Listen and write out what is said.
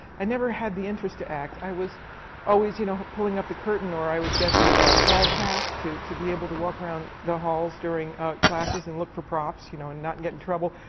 i never had the interest to act. i was always, you know, pulling up the curtain, or i would get the hall pass to to be able to walk around the halls during classes and look for props, you know, and not get in trouble.